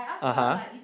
ah